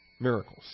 Miracles